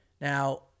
now